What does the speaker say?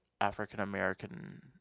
african-american